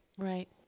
right